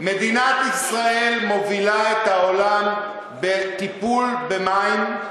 מדינת ישראל מובילה את העולם בטיפול במים,